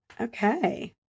Okay